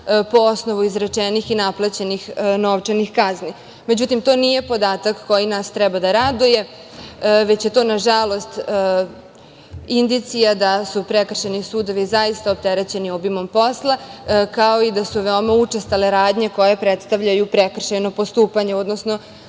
po osnovu izrečenih i naplaćenih novčanih kazni. Međutim, to nije podatak koji nas treba da raduje, već je to, nažalost, indicija da su prekršajni sudovi zaista opterećeni obimom posla, kao i da su veoma učestale radnje koje predstavljaju prekršaj u postupanju, odnosno